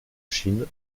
chine